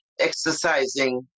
exercising